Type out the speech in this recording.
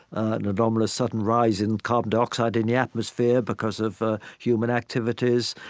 an anomalous sudden rise in carbon dioxide in the atmosphere because of human activities.